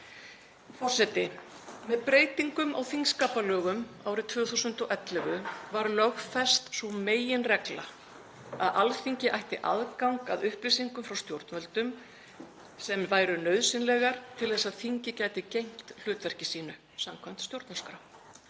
Forseti. Með breytingum á þingskapalögum árið 2011 var lögfest sú meginregla að Alþingi ætti aðgang að upplýsingum frá stjórnvöldum sem væru nauðsynlegar til þess að þingið gæti gegnt hlutverki sínu samkvæmt stjórnarskrá.